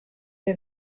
der